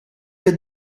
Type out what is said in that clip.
did